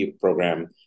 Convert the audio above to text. program